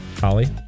Holly